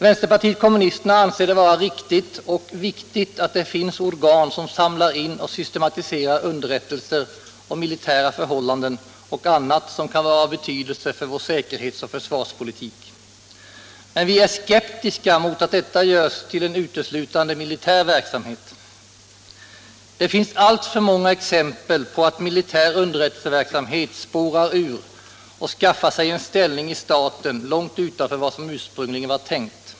Vänsterpartiet kommunisterna anser det vara riktigt och viktigt att det finns organ som samlar in och systematiserar underrättelser om militära förhållanden och annat som kan vara av betydelse för vår säkerhetsoch försvarspolitik. Men vi är skeptiska mot att detta görs till en uteslutande militär verksamhet. Det finns alltför många exempel på att militär underrättelseverksamhet spårat ur och skaffat sig en ställning i staten långt utanför vad som ursprungligen var tänkt.